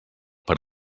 per